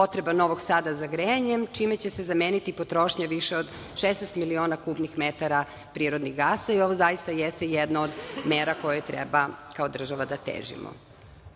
potreba Novog Sada za grejanjem, čime će se zameniti potrošnje više od 16 miliona kubnih metara prirodnog gasa i ovo zaista jeste jedna od mera kojoj treba kao država da